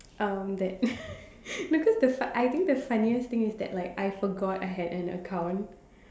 um that no cause the fu~ I think the funniest thing is that like I forgot I had an account